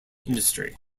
industry